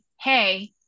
hey